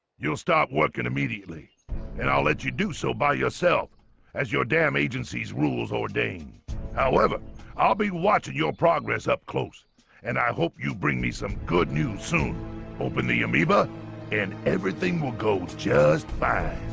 you'll start working immediately and i'll let you do so by yourself as your damn agencies rules ordained however i'll be watching your progress up close and i hope you bring me some good news soon open the amoeba and everything will go just fine